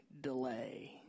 delay